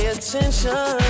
attention